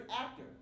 actor